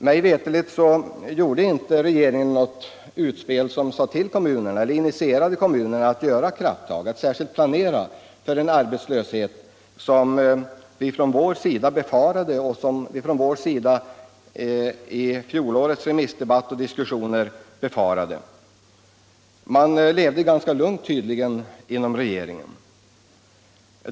Mig veterligt gjorde inte regeringen något som fick kommunerna att ta krafttag och särskilt planera för att motverka en arbetslöshet som vi från centerns sida befarade bl.a. redan i fjolårets remissdebatt. Regeringen levde tydligen ganska lugnt.